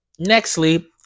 nextly